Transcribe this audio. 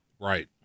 Right